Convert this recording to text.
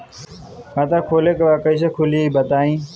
खाता खोले के बा कईसे खुली बताई?